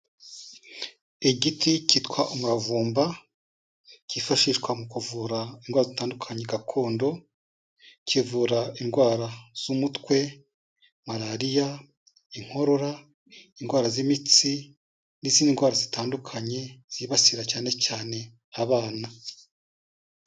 Igiti kitwa umuravumba, kifashishwa mu kuvura indwara zitandukanye gakondo, kivura indwara z'umutwe, Malariya, inkorora, indwara z'imitsi n'izindi ndwara zitandukanye zibasira cyane cyane abana.